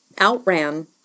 outran